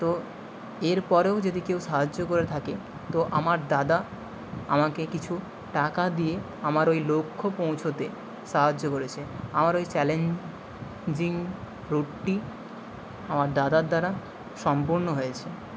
তো এরপরেও যদি কেউ সাহায্য করে থাকে তো আমার দাদা আমাকে কিছু টাকা দিয়ে আমার ওই লক্ষ্য পৌঁছোতে সাহায্য করেছে আমার ওই চ্যালেঞ্জিং রুটটি আমার দাদার দ্বারা সম্পূর্ণ হয়েছে